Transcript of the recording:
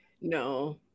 No